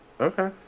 Okay